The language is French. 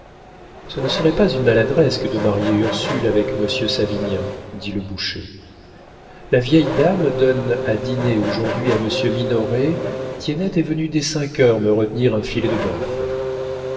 ce ne serait pas une maladresse que de marier ursule avec monsieur savinien dit le boucher la vieille dame donne à dîner aujourd'hui à monsieur minoret tiennette est venue dès cinq heures me retenir un filet de